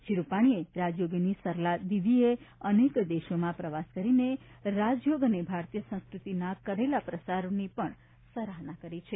શ્રી વિજયભાઇ રૂપાણીએ રાજયોગિની સરલા દીદીએ અનેક દેશોમાં પ્રવાસ કરીને રાજ્યોગ અને ભારતીય સંસ્કૃતિના કરેલા પ્રસારની પણ સરાહના કરી છે